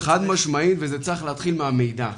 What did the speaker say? חד-משמעית, וזה צריך להתחיל מהמידע.